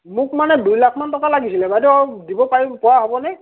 মোক মানে দুই লাখমান টকা লাগিছিলে বাইদেউ দিব পাৰিব পৰা হ'বনে